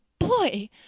boy